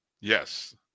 Yes